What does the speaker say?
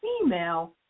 female